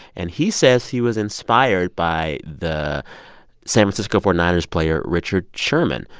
and he says he was inspired by the san francisco forty nine ers player richard sherman,